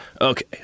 Okay